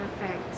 Perfect